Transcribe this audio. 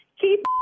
keep